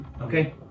Okay